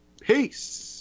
Peace